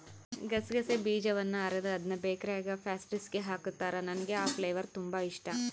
ಗಸಗಸೆ ಬೀಜದವನ್ನ ಅರೆದು ಅದ್ನ ಬೇಕರಿಗ ಪ್ಯಾಸ್ಟ್ರಿಸ್ಗೆ ಹಾಕುತ್ತಾರ, ನನಗೆ ಆ ಫ್ಲೇವರ್ ತುಂಬಾ ಇಷ್ಟಾ